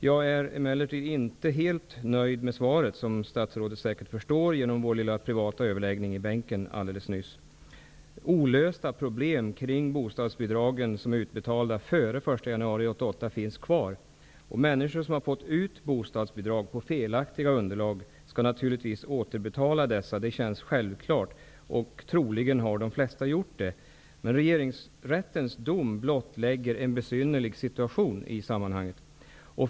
Jag är emellertid inte helt nöjd med svaret, som statsrådet säkert förstår genom vår lilla privata överläggning i bänken alldeles nyss. Det finns kvar olösta problem kring bostadsbidrag som är utbetalda före den 1 januari 1988. Människor som har fått ut bostadsbidrag på felaktiga underlag skall naturligtvis återbetala dessa. Det känns självklart. Troligen har de flesta gjort det också. Regeringsrättens dom blottlägger en besynnerlig situation i sammanhanget.